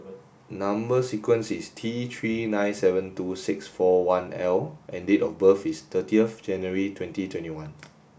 number sequence is T three nine seven two six four one L and date of birth is thirty of January twenty twenty one